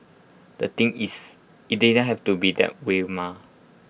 the thing is IT didn't have to be that way mah